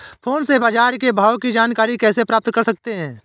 Phone से बाजार के भाव की जानकारी कैसे प्राप्त कर सकते हैं?